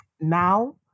now